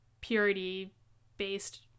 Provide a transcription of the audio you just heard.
purity-based